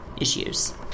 issues